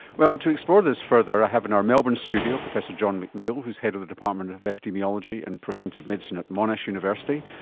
well, to explore this further i have in our melbourne studio professor john mcneil who is head of the department of epidemiology and preventive medicine at monash university.